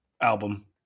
album